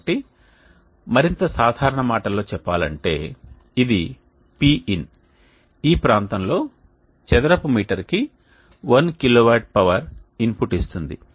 కాబట్టి మరింత సాధారణ మాటలలో చెప్పాలంటే ఇది Pin ఈ ప్రాంతంలో చదరపు మీటర్ కి 1 కిలోవాట్ పవర్ ఇన్పుట్ ఇస్తుంది